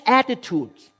attitudes